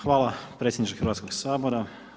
Hvala predsjedniče Hrvatskog sabora.